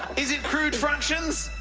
is it crude fractions?